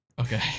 Okay